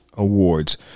awards